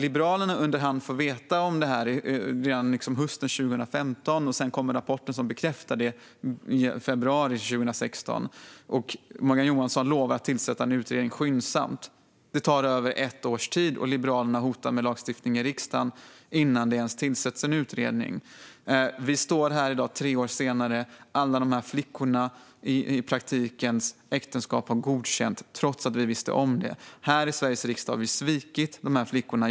Liberalerna fick veta detta under hand redan hösten 2015. Sedan kom rapporten som bekräftade det i februari 2016, och Morgan Johansson lovade att tillsätta en utredning skyndsamt. Det tog över ett år, och Liberalerna hotade med lagstiftning i riksdagen innan det ens tillsattes en utredning. Vi står här i dag tre år senare. Alla dessa flickors äktenskap har i praktiken godkänts, trots att vi visste om detta. Här i Sveriges riksdag har vi svikit dessa flickor.